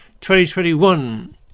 2021